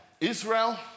Israel